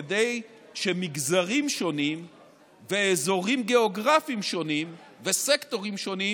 כדי שלמגזרים שונים ולאזורים גיאוגרפיים שונים ולסקטורים שונים